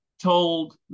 told